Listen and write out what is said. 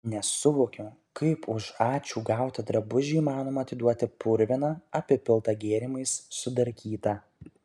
nesuvokiu kaip už ačiū gautą drabužį įmanoma atiduoti purviną apipiltą gėrimais sudarkytą